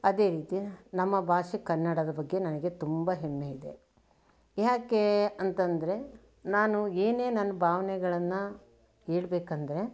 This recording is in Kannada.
ಅದೇ ರೀತಿ ನಮ್ಮ ಭಾಷೆ ಕನ್ನಡದ ಬಗ್ಗೆ ನನಗೆ ತುಂಬ ಹೆಮ್ಮೆ ಇದೆ ಯಾಕೆ ಅಂತಂದರೆ ನಾನು ಏನೇ ನನ್ನ ಭಾವನೆಗಳನ್ನು ಹೇಳ್ಬೇಕಂದರೆ